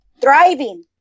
thriving